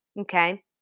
okay